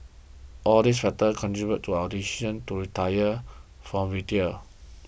all these factors contributed to our decision to retire from retail